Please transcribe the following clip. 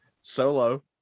Solo